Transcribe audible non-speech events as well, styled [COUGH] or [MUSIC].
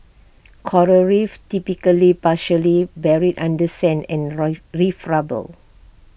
[NOISE] Coral reefs typically partially buried under sand and [UNINTELLIGIBLE] reef rubble